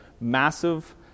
massive